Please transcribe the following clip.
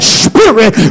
spirit